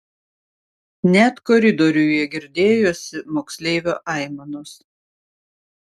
net koridoriuje girdėjosi moksleivio aimanos